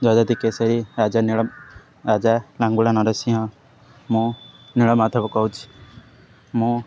ଯଜାତି କେଶରି ରାଜା ନୀଳ ରାଜା ଲାଙ୍ଗୁଳା ନରସିଂହ ମୁଁ ନୀଳମାଧବ କହୁଛି ମୁଁ